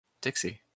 Dixie